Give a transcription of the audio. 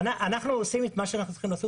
אנחנו עושים את מה שאנחנו צריכים לעשות